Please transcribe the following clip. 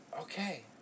okay